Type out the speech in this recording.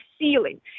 ceiling